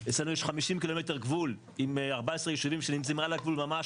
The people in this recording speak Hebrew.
אצלנו יש 50 קילומטר גבול עם 14 ישובים שנמצאים על הגבול ממש,